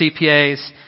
CPAs